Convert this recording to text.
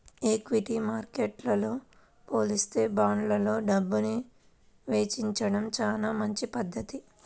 equity మార్కెట్టుతో పోలిత్తే బాండ్లల్లో డబ్బుని వెచ్చించడం చానా మంచి పధ్ధతి